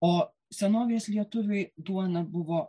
o senovės lietuviui duona buvo